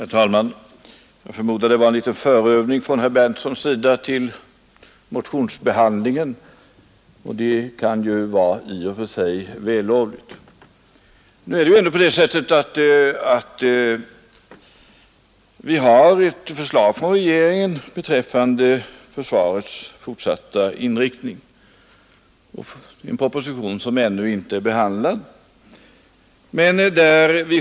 Fru talman! Jag förmodar att herr Berndtsons i Linköping anförande var en liten förövning till motionsbehandlingen, och det kan ju vara i och för sig vällovligt. Nu föreligger det ändå ett förslag från regeringen beträffande försvarets fortsatta inriktning, framlagt i en proposition som ännu inte är behandlad.